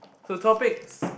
to topics